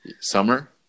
Summer